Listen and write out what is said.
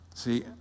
See